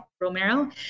Romero